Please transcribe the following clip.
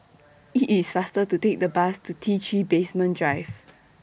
IT IS faster to Take The Bus to T three Basement Drive